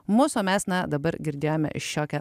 mus o mes na dabar girdėjome šiokią